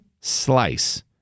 slice